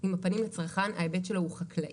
עם הפנים לצרכן, ההיבט שלו הוא חקלאי.